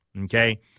okay